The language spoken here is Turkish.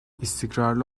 istikrarlı